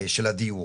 של הדיור.